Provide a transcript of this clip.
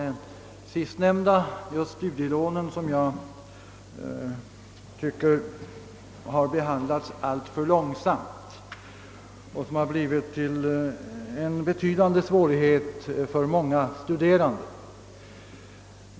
Utbetalningen av studielånen har behandlats alltför långsamt, och det har medfört betydande svårigheter för många studerande.